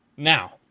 Now